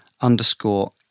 underscore